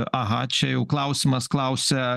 aha čia jau klausimas klausia